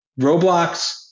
Roblox